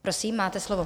Prosím máte slovo.